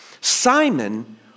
Simon